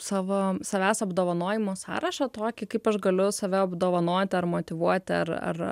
savo savęs apdovanojimo sąrašą tokį kaip aš galiu save apdovanoti ar motyvuoti ar ar